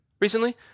recently